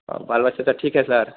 और बाल बच्चे ठीक है सर